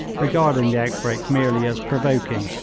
regarding the outbreak merely as provoking,